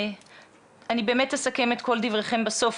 אני באמת אסכם את כל דבריכם בסוף,